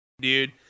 dude